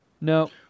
no